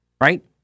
right